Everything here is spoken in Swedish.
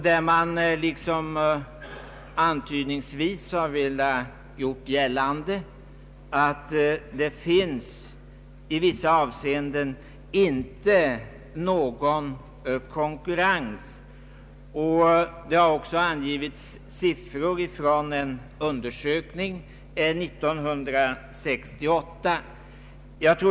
Man har liksom antydningsvis velat göra gällande att det i vissa avseenden inte råder någon konkurrens och även angett siffror från en undersökning 1968.